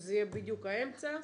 שזה יהיה בדיוק האמצע,